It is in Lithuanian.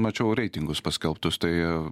mačiau reitingus paskelbtus tai